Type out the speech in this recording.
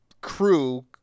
crew